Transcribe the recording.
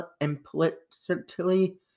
implicitly